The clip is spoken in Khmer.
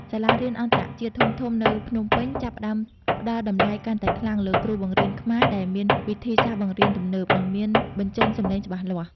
សាលារៀនអន្តរជាតិធំៗនៅភ្នំពេញចាប់ផ្តើមផ្តល់តម្លៃកាន់តែខ្លាំងលើគ្រូបង្រៀនខ្មែរដែលមានវិធីសាស្ត្របង្រៀនទំនើប និងមានបញ្ចេញសំឡេងច្បាស់លាស់។